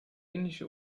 indische